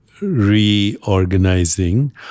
reorganizing